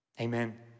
Amen